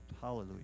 Hallelujah